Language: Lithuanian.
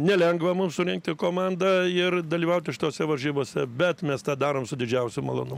nelengva mum surinkti komandą ir dalyvauti tose varžybose bet mes tą darom su didžiausiu malonum